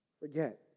forget